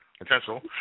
intentional